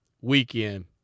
weekend